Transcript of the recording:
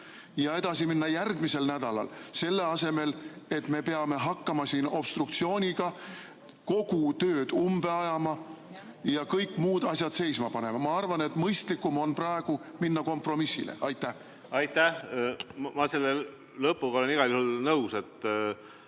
ja edasi minna järgmisel nädalal, selle asemel et me peame hakkama siin obstruktsiooniga kogu tööd umbe ajama ja kõik muud asjad seisma panema. Ma arvan, et mõistlikum on praegu minna kompromissile. Aitäh! Ma selle lõpuga olen igal juhul nõus, et